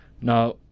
Now